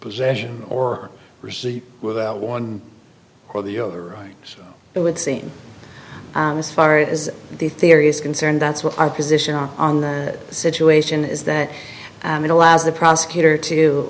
possession or receipt without one or the other so it would seem as far as the theory is concerned that's what our position on the situation is that it allows the prosecutor to